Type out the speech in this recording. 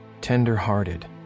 tender-hearted